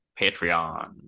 Patreon